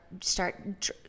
start